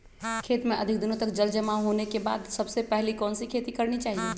खेत में अधिक दिनों तक जल जमाओ होने के बाद सबसे पहली कौन सी खेती करनी चाहिए?